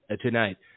tonight